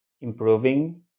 improving